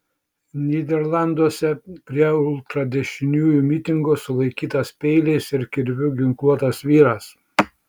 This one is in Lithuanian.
nyderlanduose prie ultradešiniųjų mitingo sulaikytas peiliais ir kirviu ginkluotas vyras